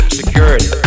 security